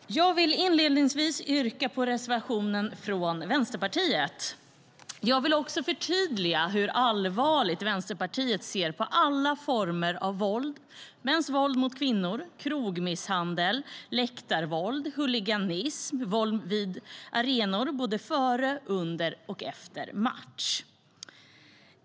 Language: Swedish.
Herr talman! Jag vill inledningsvis yrka bifall till reservationen från Vänsterpartiet. Jag vill också förtydliga hur allvarligt Vänsterpartiet ser på alla former av våld, mäns våld mot kvinnor, krogmisshandel, läktarvåld, huliganism, våld vid arenor före, under och efter match.